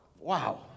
Wow